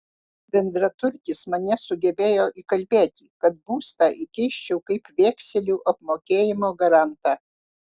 bendraturtis mane sugebėjo įkalbėti kad būstą įkeisčiau kaip vekselių apmokėjimo garantą